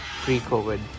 pre-COVID